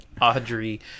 audrey